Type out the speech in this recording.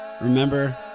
remember